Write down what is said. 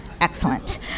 Excellent